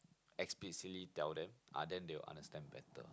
explicitly tell them ah then they'll understand better